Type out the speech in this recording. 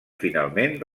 finalment